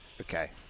Okay